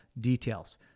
details